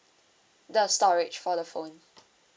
the storage for the phone